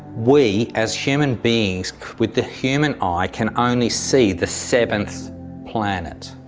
we, as human beings with the human eye can only see the seventh planet.